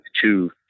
two